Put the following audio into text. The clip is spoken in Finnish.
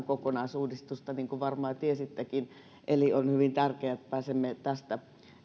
kokonaisuudistusta niin kuin varmaan tiesittekin eli on hyvin tärkeää että pääsemme tästä